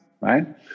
right